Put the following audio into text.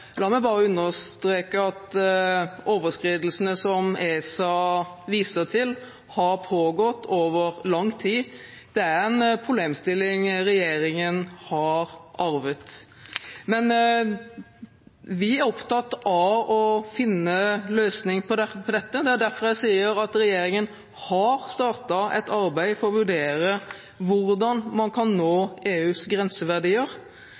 la meg bare understreke at overskridelsene som ESA viser til, har pågått over lang tid. Det er en problemstilling regjeringen har arvet. Vi er opptatt av å finne en løsning på dette. Det er derfor jeg sier at regjeringen har startet et arbeid for å vurdere hvordan man kan nå EUs grenseverdier.